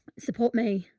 support me,